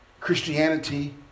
Christianity